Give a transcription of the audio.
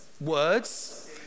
words